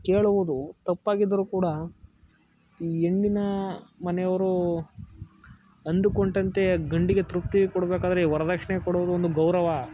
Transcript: ಕೇಳುವುದು ತಪ್ಪಾಗಿದ್ದರೂ ಕೂಡ ಈ ಹೆಣ್ಣಿನ ಮನೆಯವರು ಅಂದುಕೊಂಡಂತೆ ಗಂಡಿಗೆ ತೃಪ್ತಿ ಕೊಡಬೇಕಾದ್ರೆ ವರ್ದಕ್ಷಿಣೆ ಕೊಡುವುದು ಒಂದು ಗೌರವ